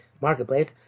marketplace